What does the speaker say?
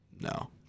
no